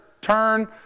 turn